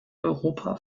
europa